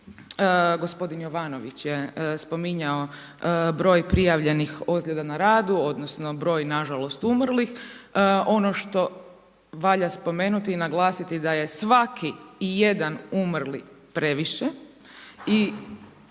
gospodin Jovanović je spominjao broj prijavljenih ozljeda na radu, odnosno broj nažalost umrlih, ono što valja spomenuti i naglasiti da je svaki i jedan umrli previše i